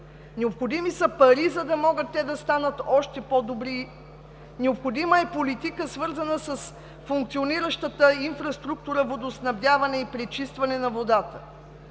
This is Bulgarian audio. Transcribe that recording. Необходими са пари, за да могат те да станат още по-добри, необходима е политика, свързана с функциониращата инфраструктура – водоснабдяване и пречистване на водата,